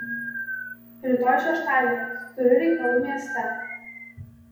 rytoj šeštadienis turiu reikalų mieste